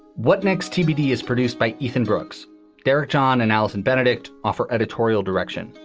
what next, tbd is produced by ethan brooks there, john and allison benedikt offer editorial direction.